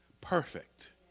perfect